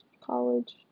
college